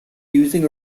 using